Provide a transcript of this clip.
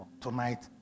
tonight